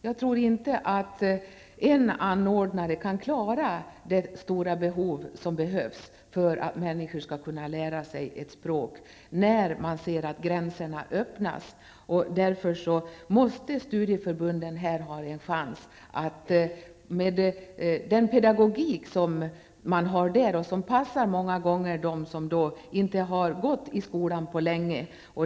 Jag tror inte att en utbildningsanordnare kan klara det stora behov som finns för att människor skall kunna lära sig ett språk när gränserna öppnas. Därför måste studieförbunden få en chans med den pedagogik som finns där och som många gånger passar dem som inte har gått i skolan på länge.